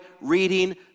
reading